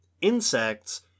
insects